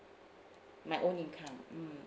my own income mm